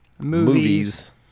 movies